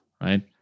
right